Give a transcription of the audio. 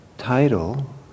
title